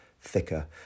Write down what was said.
thicker